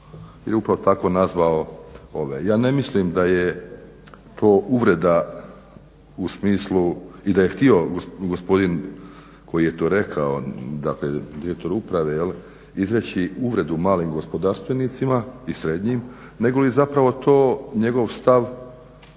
upravo tako nazvao ove. Ja ne mislim da je to uvreda u smislu, i da je htio gospodin koji je to rekao, dakle direktor uprave izreći uvredu malim gospodarstvenicima i srednjim, nego li je zapravo to njegov stav